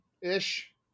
ish